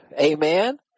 Amen